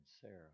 Sarah